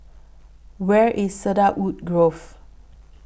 Where IS Cedarwood Grove